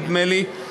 נדמה לי,